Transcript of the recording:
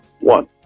One